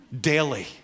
daily